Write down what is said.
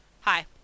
Hi